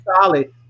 solid